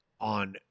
on